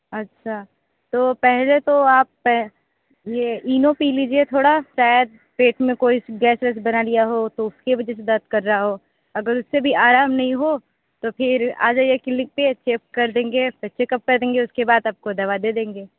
अच्छा तो पहले तो आप ये ईनो पी लीजिए थोड़ा शायद पेट में कोई गैस वेस बना लिया हो तो उसके वजह से दर्द कर रहा हो अगर उससे भी आराम नहीं हो तो फिर आ जाईए क्लिनिक पे चेक कर देंगे चेकप कर देंगे उसके बाद आपको दवा दे देंगे